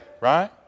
right